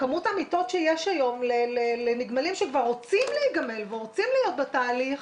כמות המיטות שיש היום לנגמלים שכבר רוצים להיגמל ורוצים להיות בתהליך